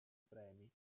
premi